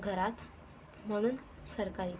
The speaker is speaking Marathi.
घरात म्हणून सरकारी